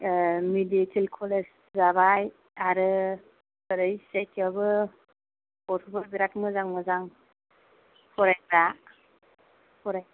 medical college जाबाय आरो ओरै सि आइ टि आबो गथ'फोर बेराद मोजां मोजां फरायग्रा